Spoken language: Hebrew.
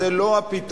זה לא הפתרון.